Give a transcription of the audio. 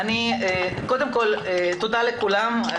קודם כל תודה לכולם.